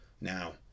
now